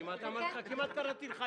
אליה אנחנו מתרגלים.